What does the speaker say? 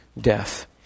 death